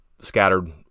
scattered